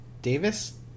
Davis